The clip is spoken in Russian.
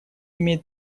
имеет